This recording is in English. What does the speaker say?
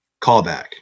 callback